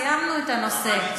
סיימנו את הנושא.